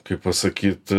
kaip pasakyt